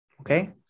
okay